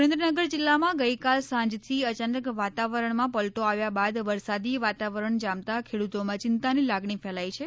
સુરેન્દ્રનગર જિલ્લામાં ગઈકાલ સાંજથી અચાનક વાતાવરણમાં પલટો આવ્યા બાદ વરસાદી વાતાવરણ જામતા ખેડૂતોમાં ચિંતાની લાગણી ફેલાઇ છે